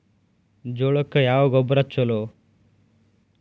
ಜೋಳಕ್ಕ ಯಾವ ಗೊಬ್ಬರ ಛಲೋ?